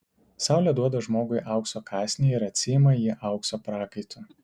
saulė duoda žmogui aukso kąsnį ir atsiima jį aukso prakaitu